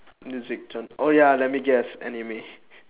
music gen~ oh ya let me guess anime